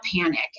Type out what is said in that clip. panic